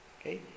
Okay